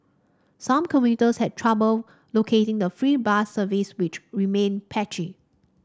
some commuters had trouble locating the free bus service which remained patchy